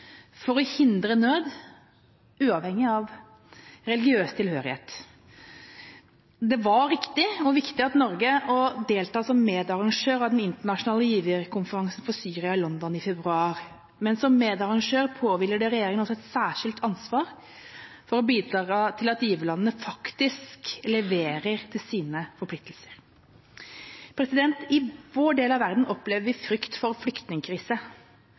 for å hindre nød, uavhengig av religiøs tilhørighet. Det var riktig og viktig av Norge å delta som medarrangør av den internasjonale giverkonferansen for Syria i London i februar, men som medarrangør påhviler det også regjeringa et særskilt ansvar for å bidra til at giverlandene faktisk leverer på sine forpliktelser. I vår del av verden opplever vi frykt for flyktningkrise